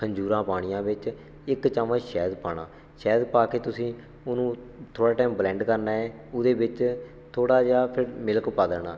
ਖੰਜੂਰਾ ਪਾਣੀਆਂ ਵਿੱਚ ਇੱਕ ਚਮਚ ਸ਼ਹਿਦ ਪਾਉਣਾ ਸ਼ਾਹਿਦ ਪਾ ਕੇ ਤੁਸੀਂ ਉਹਨੂੰ ਥੋੜ੍ਹਾ ਟਾਈਮ ਬਲੈਂਡ ਕਰਨਾ ਹੈ ਉਹਦੇ ਵਿੱਚ ਥੋੜ੍ਹਾ ਜਿਹਾ ਫਿਰ ਮਿਲਕ ਪਾ ਦੇਣਾ